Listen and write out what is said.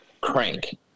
crank